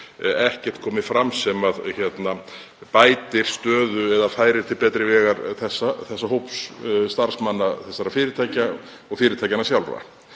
ekkert komið fram sem bætir eða færir til betri vegar stöðu starfsmanna þessara fyrirtækja og fyrirtækjanna sjálfra.